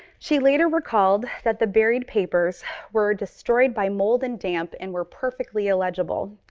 she later recalled that the buried papers were destroyed by mold and damp and were perfectly illegible.